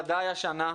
ודאי השנה.